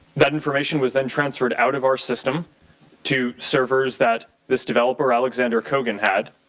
that information was then transferred out of our system to servers that this developer, alexander cogan had.